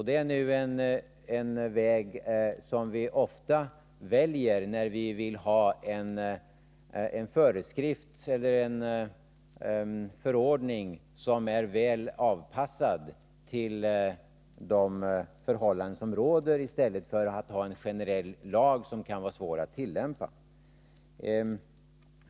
Det är en väg som vi ofta väljer när vi vill ha en föreskrift eller en förordning som är avpassad efter de förhållanden som råder i stället för en lag som kan vara svår att tillämpa.